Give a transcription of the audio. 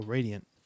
Radiant